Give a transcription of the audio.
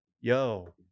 yo